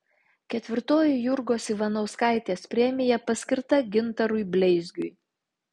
ketvirtoji jurgos ivanauskaitės premija paskirta gintarui bleizgiui